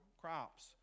crops